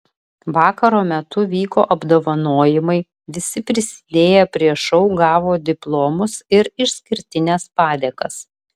vakaro metu vyko apdovanojimai visi prisidėję prie šou gavo diplomus ir išskirtines padėkas